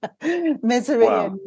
Misery